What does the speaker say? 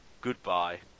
Goodbye